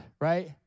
right